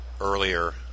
earlier